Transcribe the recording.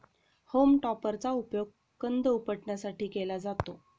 home टॉपरचा उपयोग कंद उपटण्यासाठी केला जातो